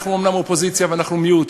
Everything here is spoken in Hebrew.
אנחנו אומנם אופוזיציה ואנחנו מיעוט,